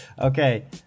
okay